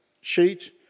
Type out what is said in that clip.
sheet